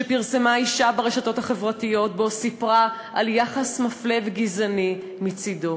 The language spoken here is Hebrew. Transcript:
שפרסמה אישה ברשתות החברתיות ובו סיפרה על יחס מפלה וגזעני מצדו.